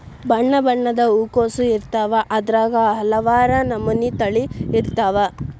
ಬಣ್ಣಬಣ್ಣದ ಹೂಕೋಸು ಇರ್ತಾವ ಅದ್ರಾಗ ಹಲವಾರ ನಮನಿ ತಳಿ ಇರ್ತಾವ